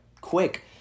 quick